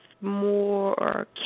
more